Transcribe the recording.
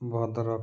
Bhadrak